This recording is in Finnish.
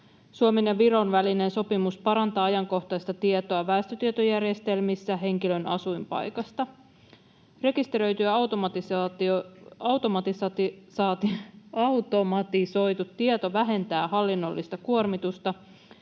Suomen ja Viron välinen sopimus parantaa ajankohtaista tietoa väestötietojärjestelmissä henkilön asuinpaikasta. Rekisteröity ja automatisoitu tieto vähentää hallinnollista kuormitusta,